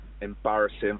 embarrassing